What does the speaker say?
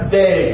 day